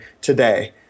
today